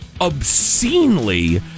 obscenely